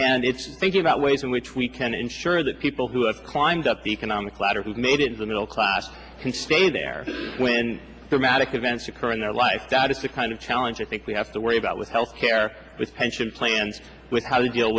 and it's thinking about ways in which we can ensure that people who have climbed up the economic ladder who've made it in the middle class can stay there when somatic events occur in their life that it's a kind of challenge i think we have to worry about with health care with pension plans with how you deal